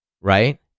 right